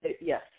Yes